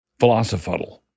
Philosophuddle